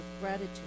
gratitude